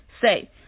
Say